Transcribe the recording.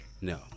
No